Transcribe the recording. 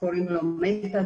קוראים לו מתדון,